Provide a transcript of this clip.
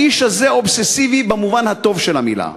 האיש הזה אובססיבי במובן הטוב של המילה.